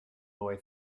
boy